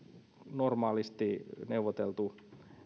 normaalisti neuvoteltu